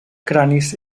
cranis